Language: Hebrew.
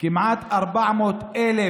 כמעט 400,000